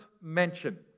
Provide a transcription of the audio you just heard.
mention